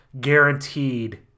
guaranteed